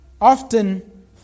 Often